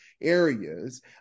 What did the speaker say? areas